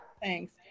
Thanks